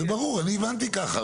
זה ברור, אני הבנתי ככה.